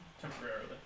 Temporarily